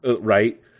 Right